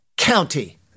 county